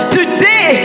today